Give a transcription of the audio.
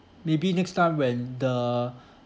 maybe next time when the